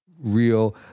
Real